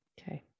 Okay